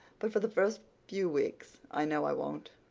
but for the first few weeks i know i won't.